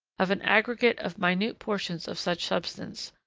of an aggregate of minute portions of such substance,